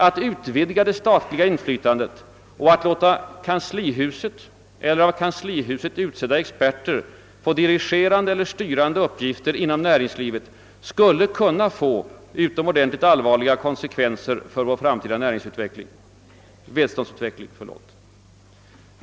Att utvidga det statliga inflytandet och att låta kanslihuset eller av kanslihuset utsedda experter erhålla dirigerande el ler styrande uppgifter inom näringslivet skulle kunna få utomordentligt allvarliga konsekvenser för vår framtida välståndsutveckling.